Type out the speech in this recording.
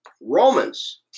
Romans